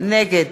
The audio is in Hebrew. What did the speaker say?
נגד